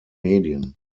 medien